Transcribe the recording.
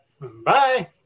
Bye